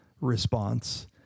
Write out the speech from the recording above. response